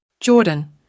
Jordan